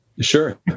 Sure